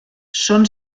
són